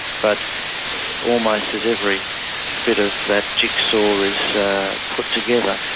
but almost as every bit of that jigsaw is put together,